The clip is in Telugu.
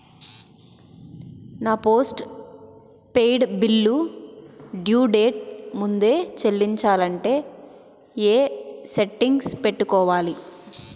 నా postpaid bill due date ముందే చెల్లించాలంటే ఎ సెట్టింగ్స్ పెట్టుకోవాలి?